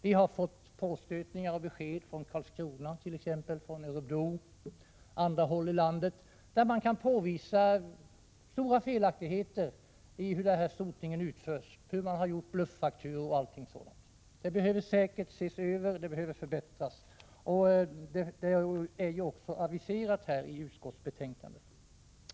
Vi har fått påstötningar och besked från Karlskrona, Örebro och andra håll i landet, där man kan påvisa stora felaktigheter i fråga om hur sotningen utförs, hur man har gjort bluffakturor m.m. sådant. Verksamheten behöver säkert ses över och förbättras, och det är också aviserat i utskottsbetänkandet.